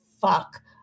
fuck